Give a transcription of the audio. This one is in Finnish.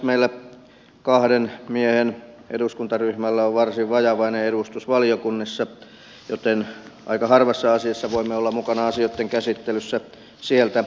meillä kahden miehen eduskuntaryhmällä on varsin vajavainen edustus valiokunnissa joten aika harvassa asiassa voimme olla mukana asioitten käsittelyssä sieltä lähtien